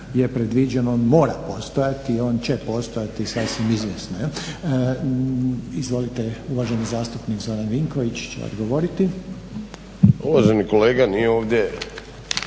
Uvaženi kolega, nije ovdje